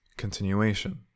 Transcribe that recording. Continuation